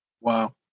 Wow